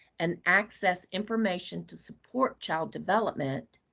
and access information to support child development,